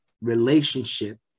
relationship